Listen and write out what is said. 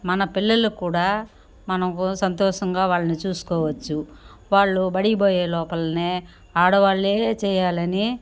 మన పిల్లలకూడా మనకు సంతోషంగా వాళ్ళని చూసుకోవచ్చు వాళ్ళు బడికి పోయే లోపల్నే ఆడవాళ్లే చెయ్యాలని